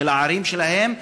של הערים שלהם,